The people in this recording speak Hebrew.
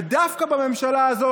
ודווקא בממשלה הזאת,